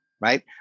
right